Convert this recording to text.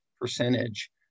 percentage